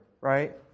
right